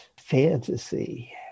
fantasy